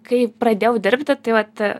kai pradėjau dirbti tai vat